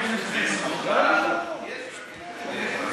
בזכותך יש רכבת ויש דברים טובים.